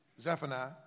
Zephaniah